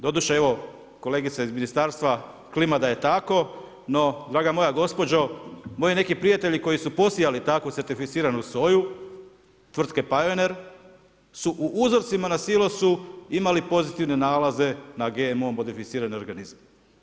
Doduše, evo, kolegica iz ministarstva klima da je tako, no draga moja gospođo, moji neki prijatelji koji su posijali takvu certificiranu soju, tvrtke Pioneer, su u uzrocima na silosu imali pozitivne nalaze na GMO modificirane organizam.